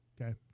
Okay